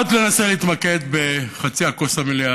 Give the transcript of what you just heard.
מאוד אנסה להתמקד בחצי הכוס המלאה.